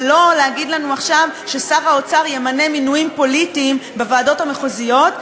ולא להגיד לנו עכשיו ששר האוצר ימנה מינויים פוליטיים בוועדות המחוזיות,